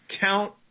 count